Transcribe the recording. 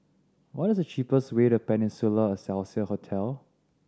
what is the cheapest way to Peninsula Excelsior Hotel